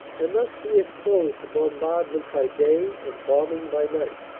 and thus be exposed to bombardment by day and bombing by night.